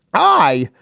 i,